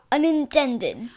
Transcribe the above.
Unintended